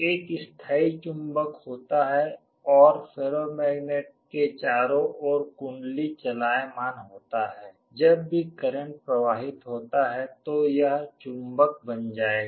एक स्थायी चुंबक होता है और फेरोमैग्नेट के चारों ओर कुंडली चलायमान होता है जब भी करंट प्रवाहित होता है तो यह चुंबक बन जाएगा